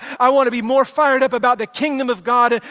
i want to be more fired up about the kingdom of god,